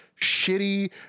shitty